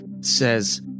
says